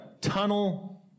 Tunnel